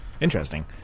Interesting